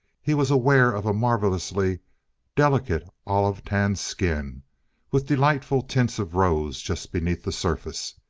he was aware of a marvellously delicate olive-tanned skin with delightful tints of rose just beneath the surface.